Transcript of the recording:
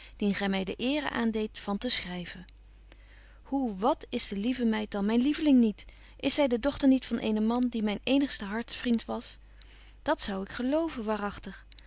dien gy my de eere aan deedt van te schryven hoe wat is de lieve meid dan myn lieveling niet is zy de dochter niet van eenen man die myn eenigste hartvriend was dat zou ik geloven